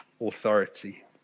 authority